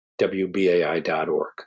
WBAI.org